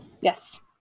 Yes